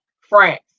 France